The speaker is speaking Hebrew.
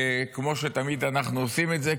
כמו שתמיד אנחנו עושים את זה,